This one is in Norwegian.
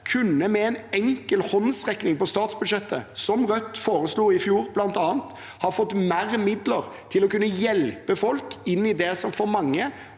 kunne med en enkel håndsrekning over statsbudsjettet, som Rødt bl.a. foreslo i fjor, fått mer midler til å kunne hjelpe folk inn i det som for mange